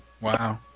Wow